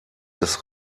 des